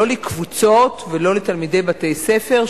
לא לקבוצות ולא לתלמידי בתי-ספר,